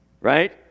right